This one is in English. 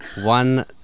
One